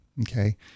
Okay